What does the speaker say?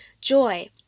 joy